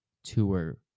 tour